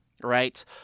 Right